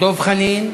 דב חנין,